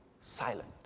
silent